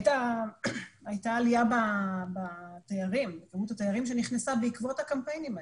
הייתה עלייה בכמות התיירים שנכנסה בעקבות הקמפיינים האלה.